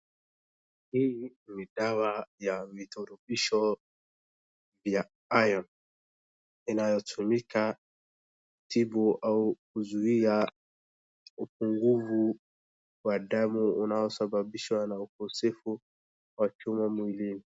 Hii ni dawa ya vituritisho vya ion inayotumika kutibu au kuzuia upungufu wa damu unaosababishwa na ukosefu wa chuma mwilini.